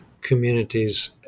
communities